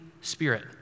Spirit